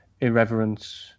irreverence